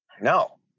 No